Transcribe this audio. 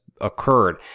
occurred